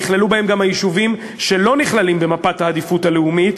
נכללו בהם גם היישובים שלא נכללים במפת העדיפות הלאומית,